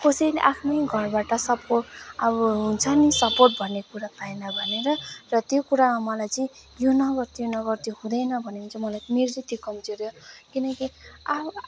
कसैले आफ्नै घरबाट सपोर्ट अब हुन्छ नि सपोर्ट भन्ने कुरा पाएन भनेर र त्यो कुरामा मलाई चाहिँ यो नगर त्यो नगर त्यो हुँदैन भन्यो भने चाहिँ मलाई मेरो चाहिँ त्यो कम्जोरि हो किनकि अब